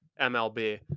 MLB